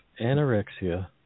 anorexia